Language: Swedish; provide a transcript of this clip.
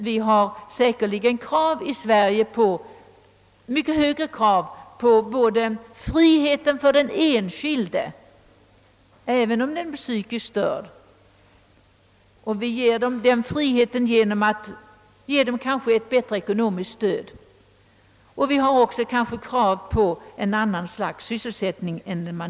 Vi har emellertid i Sverige mycket högre krav på friheten för den enskilde, även om han är typiskt utvecklingsstörd, och vi tillgodoser detta krav genom att lämna de utvecklingsstörda ett bättre ekonomiskt stöd. Vi har även krav på andra slags sysselsättningar för dem.